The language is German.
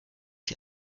die